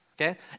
okay